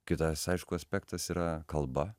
kitas aišku aspektas yra kalba